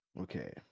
Okay